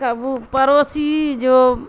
کبو پوسی جو